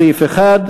סעיף 1,